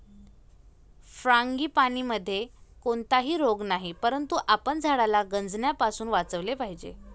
फ्रांगीपानीमध्ये कोणताही रोग नाही, परंतु आपण झाडाला गंजण्यापासून वाचवले पाहिजे